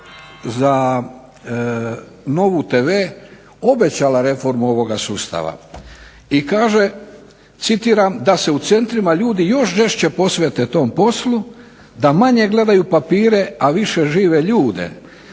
za NOVA-u TV obećala reformu ovoga sustava i kaže, citiram: "Da se u centrima ljudi još žešće posvete tom poslu, da manje gledaju papire, a više žive ljude.